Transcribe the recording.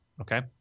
Okay